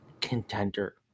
contender